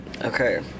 Okay